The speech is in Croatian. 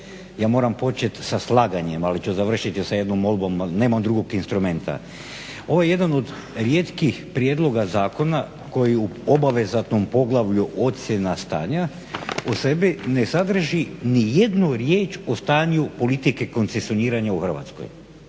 Ja moram počet sa slaganjem, ali ću završiti sa jednom molbom ali nemam drugog instrumenta. Ovo je jedan od rijetkih prijedloga zakona koji u obvezatnom poglavlju ocjena stanja u sebi ne sadrži nijednu riječ o stanju politike koncesioniranja u Hrvatskoj.